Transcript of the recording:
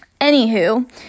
Anywho